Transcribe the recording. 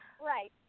Right